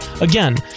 Again